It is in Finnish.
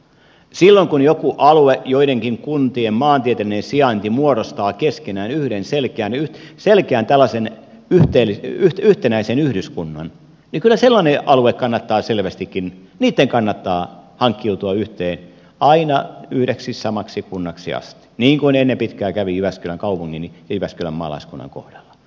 silloin kun joku alue joidenkin kuntien maantieteellinen sijainti muodostaa keskenään tällaisen yhden selkeän yhtenäisen yhdyskunnan niin kyllä niitten kannattaa hankkiutua yhteen aina yhdeksi samaksi kunnaksi asti niin kuin ennen pitkää kävi jyväskylän kaupungille ja jyväskylän maalaiskunnan kohdalla